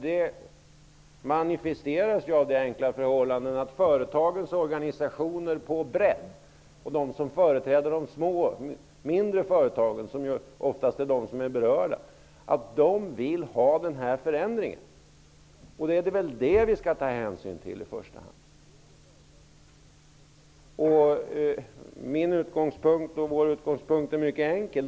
Det manifesteras av det enkla förhållandet att företagens organisationer på bredd, inte minst de som företräder de mindre företagen som oftast är berörda, vill ha den här förändringen. Då är det väl i första hand det vi skall ta hänsyn till. Min och vår utgångspunkt är mycket enkel.